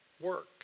work